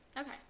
Okay